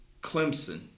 Clemson